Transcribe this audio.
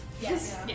Yes